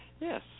Yes